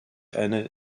eine